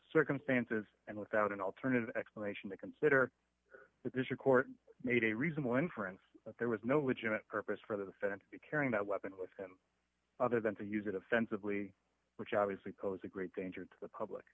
circumstances and without an alternative explanation they consider this a court made a reasonable inference that there was no legitimate purpose for the defendant to be carrying that weapon with him other than to use it offensively which obviously pose a great danger to the public